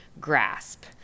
grasp